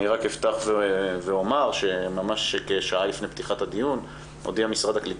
אני רק אפתח ואומר שממש כשעה לפני פתיחת הדיון הודיע משרד הקליטה